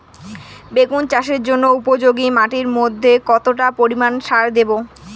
বেগুন চাষের জন্য উপযোগী মাটির মধ্যে কতটা পরিমান সার দেব?